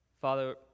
Father